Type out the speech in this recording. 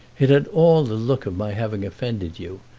it had all the look of my having offended you,